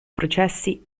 processi